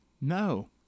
No